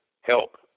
help